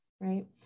right